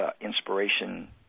inspiration